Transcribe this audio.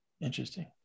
interesting